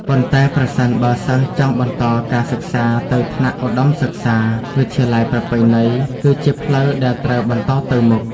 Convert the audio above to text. ប៉ុន្តែប្រសិនបើសិស្សចង់បន្តការសិក្សាទៅថ្នាក់ឧត្តមសិក្សា វិទ្យាល័យប្រពៃណីគឺជាផ្លូវដែលត្រូវបន្តទៅមុខ។